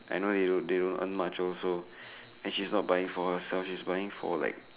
I know you they won't earn much also and she's not buying for herself she's buying for like